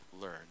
learn